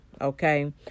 Okay